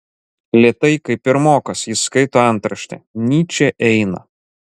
lėtai kaip pirmokas jis skaito antraštę nyčė eina